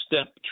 step